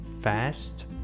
fast